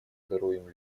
здоровьем